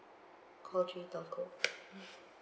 call three telco